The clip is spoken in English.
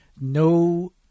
No